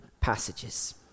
passages